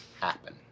happen